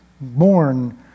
born